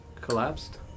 collapsed